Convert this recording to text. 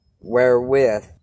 wherewith